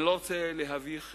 אני לא רוצה להביך אותו.